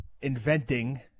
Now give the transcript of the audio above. inventing